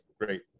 great